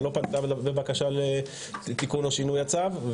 לא פנתה בבקשה לתיקון או שינוי הצו,